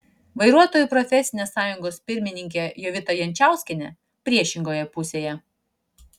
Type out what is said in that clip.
vairuotojų profesinė sąjungos pirmininkė jovita jančauskienė priešingoje pusėje